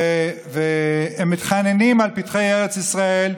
והם מתחננים על פתחי ארץ ישראל.